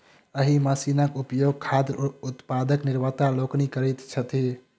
एहि मशीनक उपयोग खाद्य उत्पादक निर्माता लोकनि करैत छथि